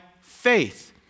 faith